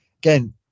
Again